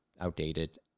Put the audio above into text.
outdated